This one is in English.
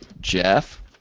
Jeff